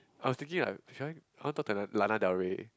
I was thinking like should I I want talk to Lan~ Lana-Del-Rey